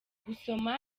gusoma